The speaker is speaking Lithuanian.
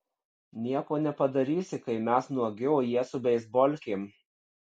nieko nepadarysi kai mes nuogi o jie su beisbolkėm